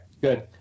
good